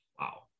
Wow